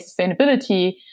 sustainability